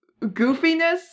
goofiness